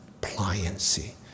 pliancy